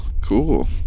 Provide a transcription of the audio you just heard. cool